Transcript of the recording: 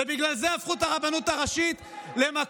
ובגלל זה הפכו את הרבנות הראשית למקום